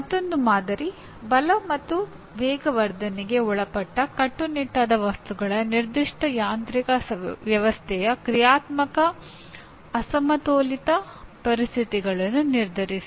ಮತ್ತೊಂದು ಮಾದರಿ ಬಲ ಮತ್ತು ವೇಗವರ್ಧನೆಗೆ ಒಳಪಟ್ಟ ಕಟ್ಟುನಿಟ್ಟಾದ ವಸ್ತುಗಳ ನಿರ್ದಿಷ್ಟ ಯಾಂತ್ರಿಕ ವ್ಯವಸ್ಥೆಯ ಕ್ರಿಯಾತ್ಮಕ ಅಸಮತೋಲಿತ ಪರಿಸ್ಥಿತಿಗಳನ್ನು ನಿರ್ಧರಿಸಿ